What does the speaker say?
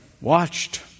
watched